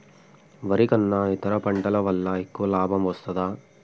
వరి కన్నా ఇతర పంటల వల్ల ఎక్కువ లాభం వస్తదా?